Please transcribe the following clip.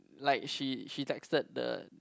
like she she texted the